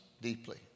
deeply